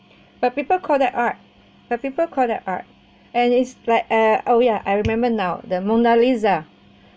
but people call that art but people call that art and it's like uh oh ya I remember now the mona lisa mona